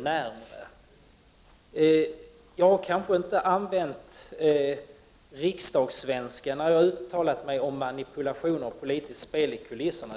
närmare. 21 november 1989 Jag har kanske inte använt riksdagssvenska när jag har uttalat mig om ma= = dd. nipulation och politiskt spel i kulisserna.